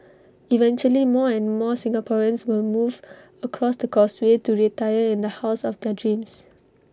eventually more and more Singaporeans will move across the causeway to retire in the house of their dreams